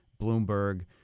Bloomberg